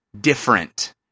different